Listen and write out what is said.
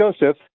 Joseph